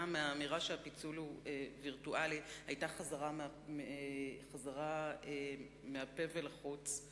מהאמירה שהפיצול הוא וירטואלי היתה חזרה מהפה ולחוץ.